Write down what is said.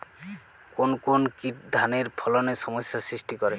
কোন কোন কীট ধানের ফলনে সমস্যা সৃষ্টি করে?